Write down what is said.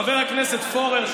חבר הכנסת פורר,